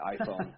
iPhone